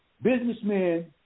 businessmen